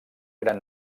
gran